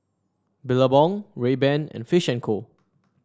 Billabong Rayban and Fish and Co